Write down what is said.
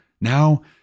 Now